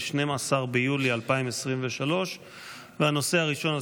12 ביולי 2023. הנושא הראשון על